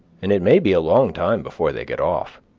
and it may be a long time before they get off.